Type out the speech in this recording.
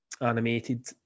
Animated